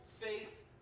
faith